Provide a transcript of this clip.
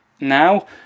now